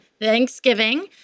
Thanksgiving